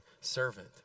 servant